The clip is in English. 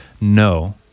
no